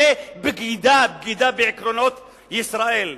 זו בגידה, בגידה בעקרונות ישראל.